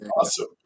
awesome